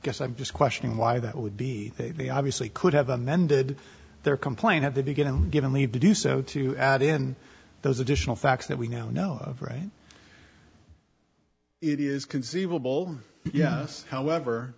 guess i'm just questioning why that would be they they obviously could have amended their complaint at the beginning given leave to do so to add in those additional facts that we now know right it is conceivable yes however